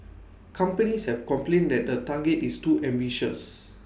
companies have complained that the target is too ambitious